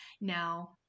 Now